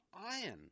iron